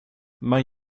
men